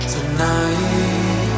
Tonight